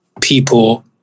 people